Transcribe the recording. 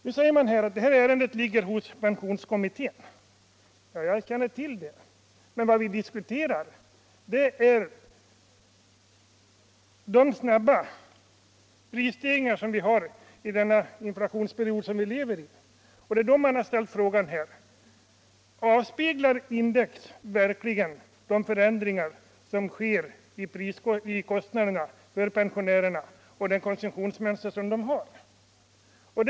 Nu säger man att ärendet ligger hos pensionskommittén. Ja, jag känner till det. Men vad vi diskuterar är de snabba prisstegringarna i den inflationsperiod som vi lever i, och det är då man har ställt frågan: Avspeglar index verkligen de förändringar som sker i pensionärernas kostnader och i det konsumtionsmönster som pensionärerna har?